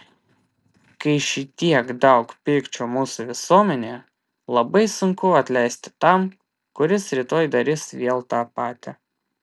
kai šitiek daug pykčio mūsų visuomenėje labai sunku atleisti tam kuris rytoj darys vėl tą patį